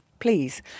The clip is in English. Please